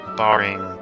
barring